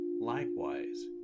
likewise